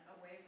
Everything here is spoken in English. away